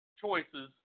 choices